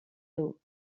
though